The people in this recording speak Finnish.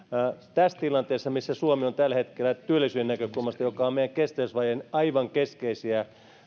tässä tilanteessa missä suomi on tällä hetkellä työllisyyden näkökulmasta joka on meidän kestävyysvajeen aivan keskeisiä